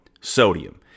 sodium